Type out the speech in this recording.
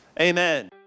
Amen